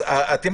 אז תומר,